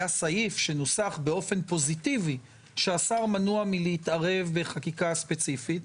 סעיף שנוסח באופן פוזיטיבי שהשר מנוע מלהתערב בחקירה ספציפית.